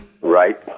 Right